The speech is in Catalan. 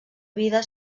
vida